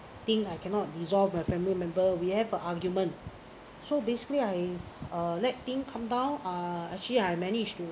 thing I cannot resolve with my family member we have a argument so basically I uh let thing calm down uh actually I managed to